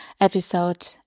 episode